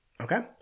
okay